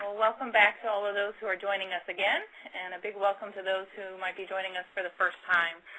welcome back to all of those who are joining us again. and a big welcome to those who might be joining us for the first time.